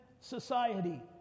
society